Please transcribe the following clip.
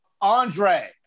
Andre